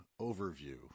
overview